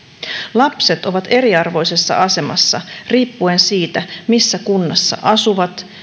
lapset ovat eriarvoisessa asemassa riippuen siitä missä kunnassa asuvat